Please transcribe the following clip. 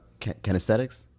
kinesthetics